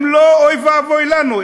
אם לא אוי ואבוי לנו,